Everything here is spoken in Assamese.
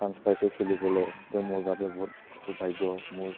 চাঞ্চ পাইছোঁ খেলিবলৈ ত' মোৰ বাবে বহুত সৌভাগ্য মোৰ